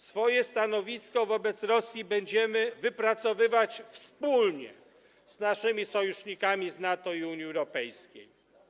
Swoje stanowisko wobec Rosji będziemy wypracowywać wspólnie z naszymi sojusznikami z NATO i Unii Europejskiej.